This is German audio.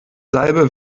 salbe